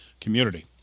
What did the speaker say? community